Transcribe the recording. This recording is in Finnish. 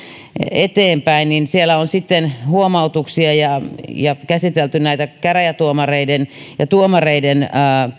eteenpäin siellä on huomautuksia ja on käsitelty käräjätuomareiden ja tuomareiden